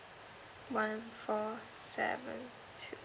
one four seven two